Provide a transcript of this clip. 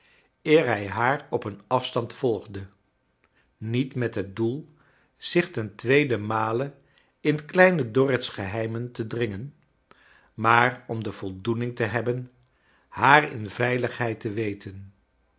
hij haar op eeu afstand volgde niet met hot doel zich ten tweeden male in lieine dorrit's geheimen te dringen maar om de voldoening te hebben haar in veiligheid te weten